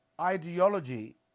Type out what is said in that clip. ideology